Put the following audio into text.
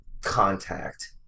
contact